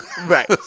right